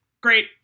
great